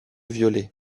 violer